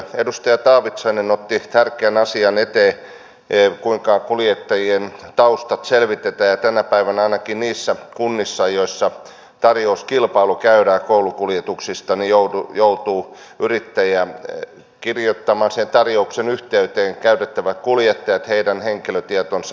edustaja taavitsainen otti tärkeän asian esille kuinka kuljettajien taustat selvitetään ja tänä päivänä ainakin niissä kunnissa joissa tarjouskilpailu käydään koulukuljetuksista joutuu yrittäjä kirjoittamaan tarjouksen yhteyteen käytettävät kuljettajat heidän henkilötietonsa